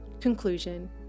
Conclusion